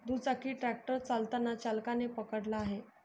दुचाकी ट्रॅक्टर चालताना चालकाने पकडला आहे